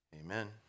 Amen